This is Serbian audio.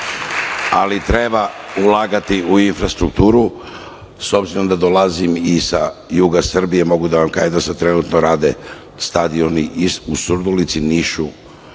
ali treba ulagati u infrastrukturu. S obzirom da dolazim i sa juga Srbije, mogu da vam kažem da se trenutno rade stadioni i u Surdulici, Nišu